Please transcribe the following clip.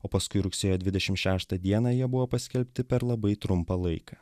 o paskui rugsėjo dvidešim šeštą dieną jie buvo paskelbti per labai trumpą laiką